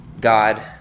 God